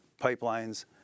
pipelines